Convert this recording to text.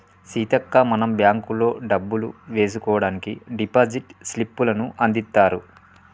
సీతక్క మనం బ్యాంకుల్లో డబ్బులు వేసుకోవడానికి డిపాజిట్ స్లిప్పులను అందిత్తారు